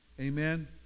Amen